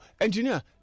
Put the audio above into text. engineer